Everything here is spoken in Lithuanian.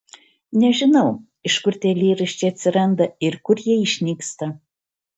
nežinau iš kur tie eilėraščiai atsiranda ir kur jie išnyksta